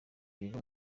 biga